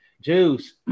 Juice